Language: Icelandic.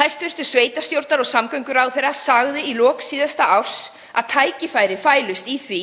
Hæstv. sveitarstjórnar- og samgönguráðherra sagði í lok síðasta árs að tækifæri fælust í því